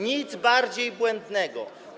Nic bardziej błędnego.